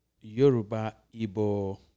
Yoruba-Ibo